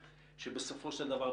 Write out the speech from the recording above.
בסופו של דבר,